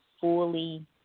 fully